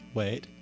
wait